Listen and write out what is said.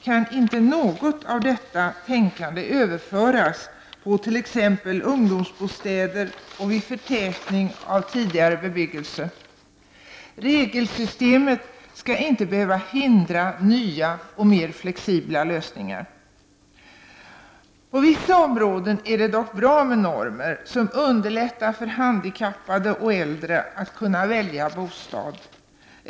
Kan inte något av detta tänkande överföras på t.ex. synen på ungdomsbostäder och frågan om förtätning av tidigare bebyggelse? Regelsystemet skall inte behöva hindra nya och mer flexibla lösningar. På vissa områden är det dock bra med normer som underlättar för handikappade och äldre att kunna välja bostad.